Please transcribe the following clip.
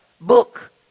Book